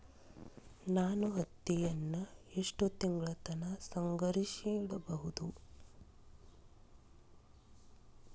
ನಾನು ಹತ್ತಿಯನ್ನ ಎಷ್ಟು ತಿಂಗಳತನ ಸಂಗ್ರಹಿಸಿಡಬಹುದು?